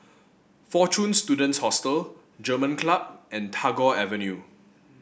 Fortune Students Hostel German Club and Tagore Avenue